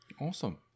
Awesome